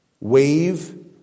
wave